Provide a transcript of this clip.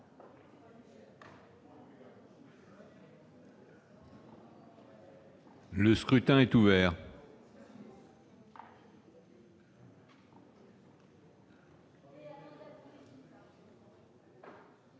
Le scrutin est ouvert.